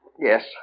Yes